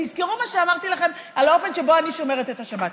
תזכרו מה אמרתי לכם על האופן שבו אני שומרת את השבת,